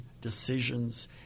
decisions